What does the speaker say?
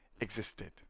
existed